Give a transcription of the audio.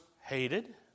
hated